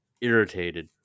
irritated